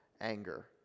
anger